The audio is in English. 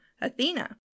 Athena